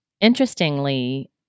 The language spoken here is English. interestingly